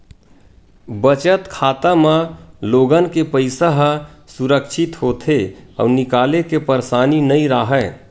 बचत खाता म लोगन के पइसा ह सुरक्छित होथे अउ निकाले के परसानी नइ राहय